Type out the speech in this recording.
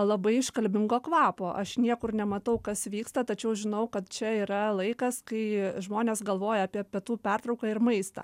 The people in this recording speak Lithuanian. labai iškalbingo kvapo aš niekur nematau kas vyksta tačiau žinau kad čia yra laikas kai žmonės galvoja apie pietų pertrauką ir maistą